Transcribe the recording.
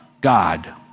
God